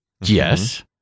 Yes